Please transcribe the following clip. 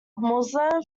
muslim